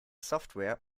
software